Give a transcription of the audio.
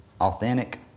authentic